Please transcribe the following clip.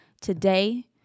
today